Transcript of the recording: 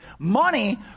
Money